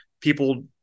people